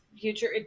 future